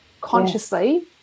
consciously